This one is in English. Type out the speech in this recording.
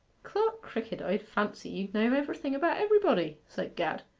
clerk crickett, i d' fancy you d' know everything about everybody said gad.